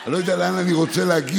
אני לא יודע לאן אני רוצה להגיע,